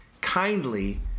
kindly